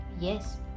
Yes